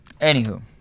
Anywho